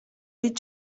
دید